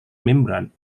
membrane